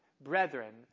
brethren